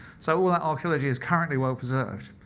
so all that archeology is currently well-preserved.